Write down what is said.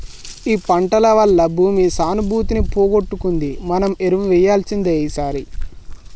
ఈ పంటల వల్ల భూమి సానుభూతిని పోగొట్టుకుంది మనం ఎరువు వేయాల్సిందే ఈసారి